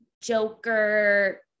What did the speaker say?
Joker